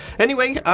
anyway,